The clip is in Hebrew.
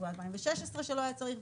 וב-2016 שלא היה צריך,